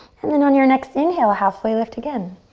and then on your next inhale, halfway lift again.